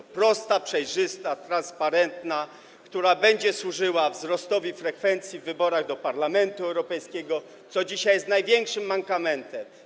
Jest to prosta, przejrzysta, transparentna zasada, która będzie służyła wzrostowi frekwencji w wyborach do Parlamentu Europejskiego, co dzisiaj jest największym mankamentem.